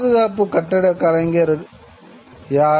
பாதுகாப்பு கட்டடக் கலைஞர்கள் யார்